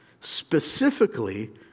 Specifically